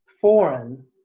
foreign